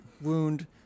wound